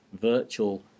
virtual